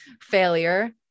failure